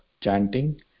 chanting